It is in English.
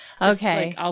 Okay